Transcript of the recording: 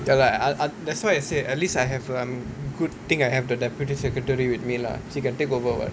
ya lah I I that's why I say at least I have um good thing I have the deputy secretary with me lah so he can take over [what]